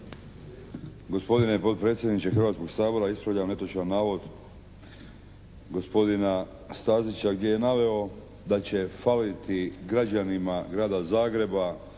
Gospodine potpredsjedniče Hrvatskog sabora ispravljam netočan navod gospodina Stazića gdje je naveo da će faliti građanima grada Zagreba,